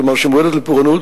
כלומר שהיא מועדת לפורענות,